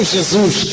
Jesus